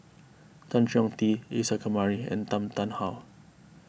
Tan Chong Tee Isa Kamari and Tan Tarn How